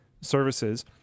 services